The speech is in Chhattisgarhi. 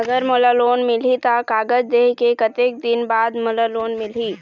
अगर मोला लोन मिलही त कागज देहे के कतेक दिन बाद मोला लोन मिलही?